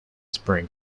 spring